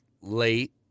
late